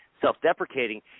self-deprecating